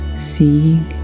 seeing